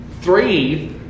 three